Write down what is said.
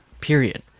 period